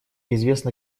известно